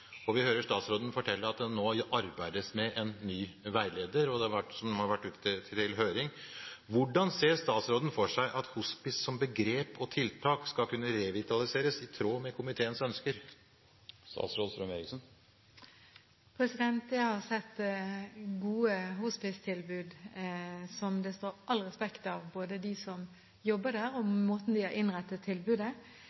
kreftomsorgen. Vi hører statsråden fortelle at det nå arbeides med en ny veileder, som har vært ute til høring. Hvordan ser statsråden for seg at hospice som begrep og tiltak skal kunne revitaliseres i tråd med komiteens ønsker? Jeg har sett gode hospicetilbud som det står all respekt av – både de som jobber der, og